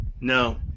No